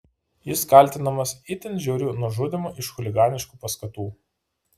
jis kaltintas itin žiauriu nužudymu iš chuliganiškų paskatų